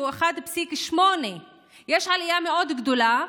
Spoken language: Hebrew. שהוא 1.8%. יש עלייה מאוד גדולה,